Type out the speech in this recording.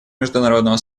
международного